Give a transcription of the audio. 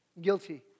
Guilty